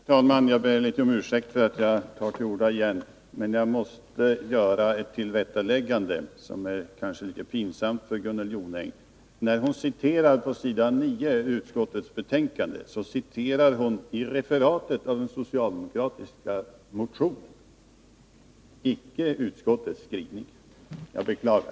Fru talman! Jag ber om ursäkt för att jag tar till orda igen, men jag måste göra ett tillrättaläggande, som kanske är litet pinsamt för Gunnel Jonäng. När Gunnel Jonäng citerar utskottets betänkande på s. 9, citerar hon referatet av den socialdemokratiska motionen, icke utskottets skrivning. Jag beklagar.